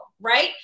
right